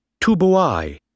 Tubuai